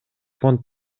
фонд